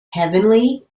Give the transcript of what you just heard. heavenly